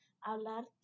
hablar